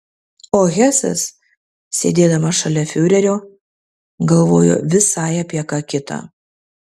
o hesas sėdėdamas šalia fiurerio galvojo visai apie ką kitą